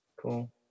Cool